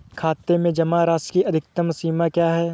खाते में जमा राशि की अधिकतम सीमा क्या है?